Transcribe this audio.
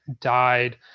died